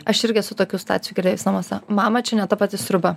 aš irgi esu tokių situacijų girdėjus namuose mama čia ne ta pati sriuba